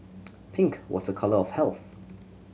pink was a colour of health